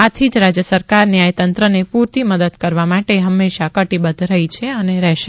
આથી જ રાજ્ય સરકાર ન્યાયતંત્રને પૂરતી મદદ કરવા માટે હંમેશા કટિબદ્ધ રહી છે અને રહેશે